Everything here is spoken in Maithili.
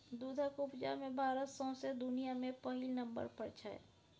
दुधक उपजा मे भारत सौंसे दुनियाँ मे पहिल नंबर पर छै